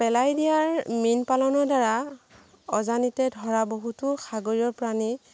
পেলাই দিয়াৰ মীন পালনৰ দ্বাৰা অজানিতে ধৰা বহুতো সাগৰীয়ৰ প্ৰাণী